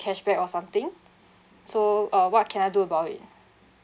cashback or something so uh what can I do about it